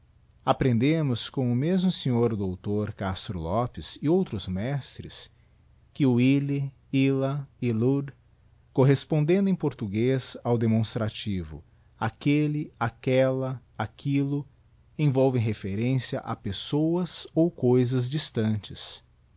aprendemos com o mesmo sr dr castro lopes e outros mestres que o ille illa illud correspondendo em portuguezao demonstrativo aquéúe aquella aquillo envolve referencia a pessoas ou cousas distantes